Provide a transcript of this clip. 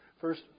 first